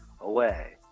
away